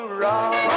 rock